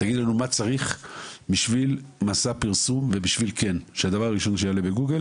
תגידו לנו מה צריך בשביל מסע פרסום ובשביל שהדבר הראשון שיעלה ב-גוגל